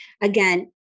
again